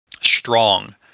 strong